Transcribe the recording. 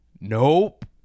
Nope